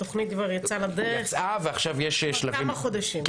התוכנית כבר יצאה לדרך כבר כמה חודשים,